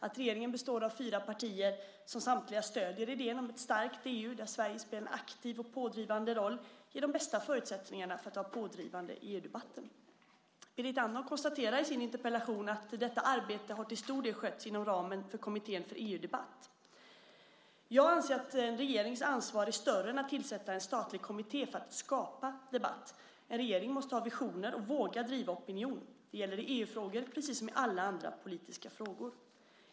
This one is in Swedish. Att regeringen består av fyra partier som samtliga stöder idén om ett starkt EU där Sverige spelar en aktiv och viktig roll ger de bästa förutsättningar för att vara pådrivande i EU-debatten. Berit Andnor konstaterar i sin interpellation att "detta arbete hittills till stor del skötts inom ramen för Kommittén för EU-debatt". Jag anser att en regerings ansvar är större än att tillsätta en statlig kommitté för att "skapa debatt". En regering måste ha visioner och våga driva opinion. Det gäller i EU-frågor precis som i alla andra politiska frågor.